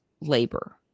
labor